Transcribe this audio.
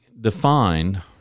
defined